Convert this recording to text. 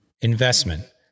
Investment